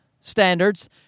standards